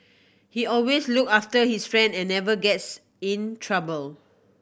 he always look after his friend and never gets in trouble